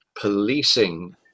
policing